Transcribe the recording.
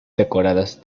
decoradas